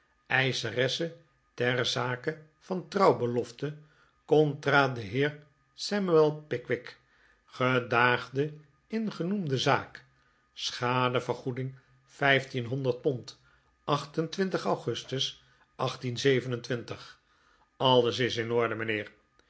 eischeresse ter zake van trouwbelofte contra den heer samuel pickwick gedaagde in genoemde zaak schadevergoeding vijftienhonderd pond acht en twintig augustus alles is in orde mijnheer